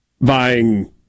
buying